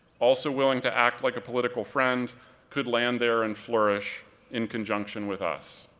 also willing to act like a political friend could land there and flourish in conjunction with us.